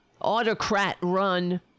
autocrat-run